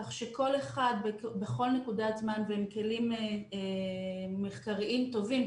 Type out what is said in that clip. כך שכל אחד בכל נקודת זמן והם כלים מחקריים טובים,